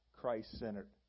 Christ-centered